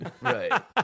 right